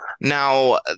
Now